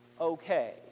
okay